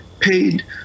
paid